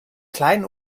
kleinen